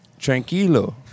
Tranquilo